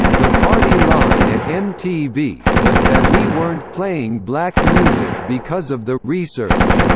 the party line at mtv was that we weren't playing black music because of the research,